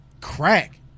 Crack